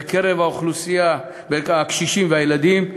בקרב הקשישים והילדים,